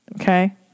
Okay